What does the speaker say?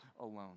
alone